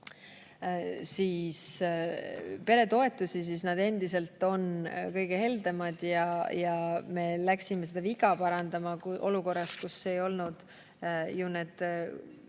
peretoetusi, siis need on endiselt kõige heldemad. Me läksime seda viga parandama olukorras, kus ei olnud ju need